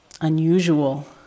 unusual